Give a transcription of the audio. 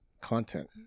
content